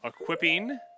equipping